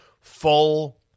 full